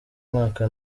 mwaka